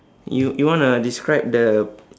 you you wanna describe the